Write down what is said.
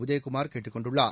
உதயகுமார் கேட்டுக் கொண்டுள்ளார்